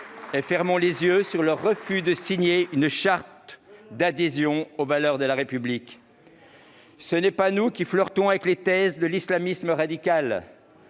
qui fermons les yeux sur le refus de signer une charte d'adhésion aux valeurs de la République. Ce n'est pas nous qui flirtons avec les thèses de l'islamisme radical.